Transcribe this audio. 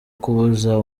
kubuza